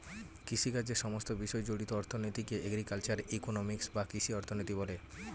কৃষিকাজের সমস্ত বিষয় জড়িত অর্থনীতিকে এগ্রিকালচারাল ইকোনমিক্স বা কৃষি অর্থনীতি বলে